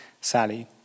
Sally